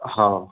हो